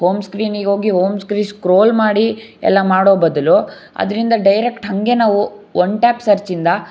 home ಸ್ಕ್ರೀನಿಗ್ ಹೋಗಿ home screen scroll ಮಾಡಿ ಎಲ್ಲ ಮಾಡೊ ಬದಲು ಅದರಿಂದ ಡೈರೆಕ್ಟ್ ಹಾಗೆ ನಾವು ಒನ್ ಟ್ಯಾಪ್ ಸರ್ಚ್ ಇಂದ